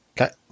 Okay